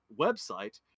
website